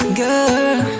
girl